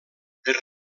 per